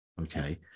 okay